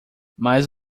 mais